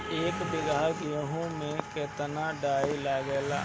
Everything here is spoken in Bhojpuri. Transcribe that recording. एक बीगहा गेहूं में केतना डाई लागेला?